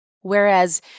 whereas